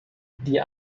die